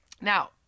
Now